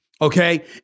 okay